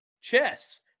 chess